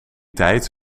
tijd